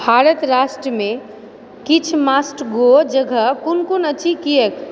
भारत राष्ट्रमे किछु must go जगह कोन कोन अछि किएक